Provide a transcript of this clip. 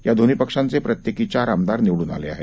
या दोन्ही पक्षांचे प्रत्येकी चार आमदार निवडून आले आहेत